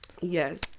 Yes